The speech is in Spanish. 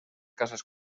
casas